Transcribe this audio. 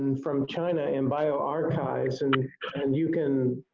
and from china and bioarchives and and you can,